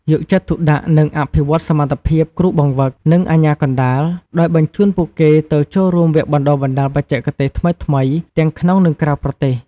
យកចិត្តទុកដាក់និងអភិវឌ្ឍសមត្ថភាពគ្រូបង្វឹក និងអាជ្ញាកណ្តាល ដោយបញ្ជូនពួកគេទៅចូលរួមវគ្គបណ្តុះបណ្តាលបច្ចេកទេសថ្មីៗទាំងក្នុង និងក្រៅប្រទេស ។